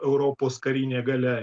europos karinė galia